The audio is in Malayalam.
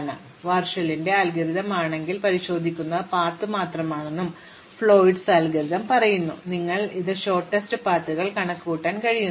അതിനാൽ വാർഷലിന്റെ അൽഗോരിതം ആണെങ്കിൽ ഞങ്ങൾ പരിശോധിക്കുന്നത് പാത്ത് മാത്രമാണെന്നും ഫ്ലോയ്ഡ്സ് അൽഗോരിതം പറയുന്നു നിങ്ങൾക്ക് ഇത് ഹ്രസ്വമായ പാതകൾ കണക്കുകൂട്ടാൻ കഴിയും